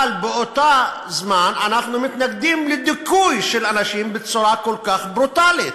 אבל באותו זמן אנחנו מתנגדים לדיכוי של אנשים בצורה כל כך ברוטלית.